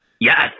yes